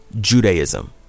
Judaism